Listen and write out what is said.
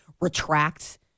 retract